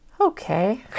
okay